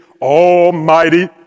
almighty